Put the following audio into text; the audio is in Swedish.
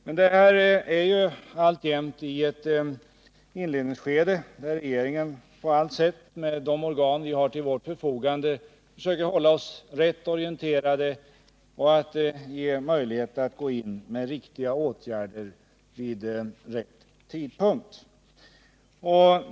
Men vi befinner oss alltjämt i ett inledningsskede, där regeringen på allt sätt, med de organ som står till dess förfogande, försöker hålla sig rätt orienterad och ge möjligheter att gå in med riktiga ågärder vid rätta tidpunkter.